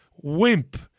Wimp